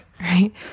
Right